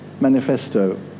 manifesto